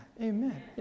Amen